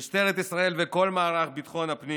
משטרת ישראל, כל מערך ביטחון הפנים